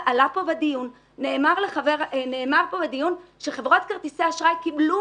בדיון כאן נאמר שחברות כרטיסי האשראי קיבלו